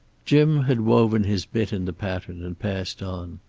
jim had woven his bit in the pattern and passed on.